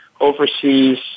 overseas